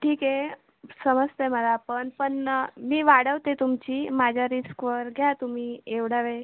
ठीक आहे समजतं आहे मला पण पण मी वाढवते तुमची माझ्या रिस्कवर घ्या तुम्ही एवढा वेळ